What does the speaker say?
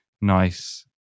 nice